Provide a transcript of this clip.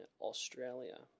Australia